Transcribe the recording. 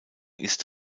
ist